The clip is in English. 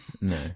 no